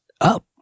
up